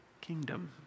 kingdom